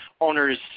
owners